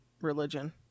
religion